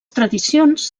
tradicions